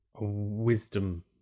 wisdom